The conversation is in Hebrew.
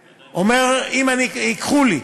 אומר: אם ייקחו לי,